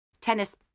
tennis